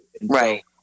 Right